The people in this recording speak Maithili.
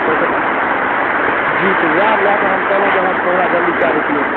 तऽ जी तऽ ओएह लैकऽ हम कहलहुँ जे अहाँ कहुना जल्दी कै दितियै